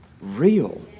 real